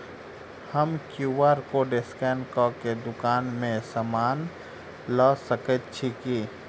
हम QR code scan कऽ केँ दुकान मे समान लऽ सकैत छी की?